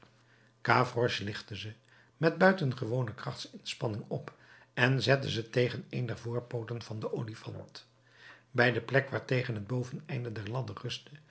lichtte ze met buitengewone krachtsinspanning op en zette ze tegen een der voorpooten van den olifant bij de plek waartegen het boveneinde der ladder rustte